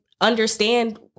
understand